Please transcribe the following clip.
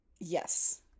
Yes